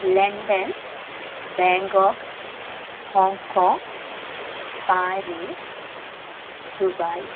London Bangkok Hong Kong Paris Dubai